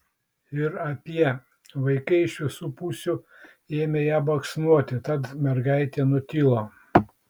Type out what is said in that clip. ir apie vaikai iš visų pusių ėmė ją baksnoti tad mergaitė nutilo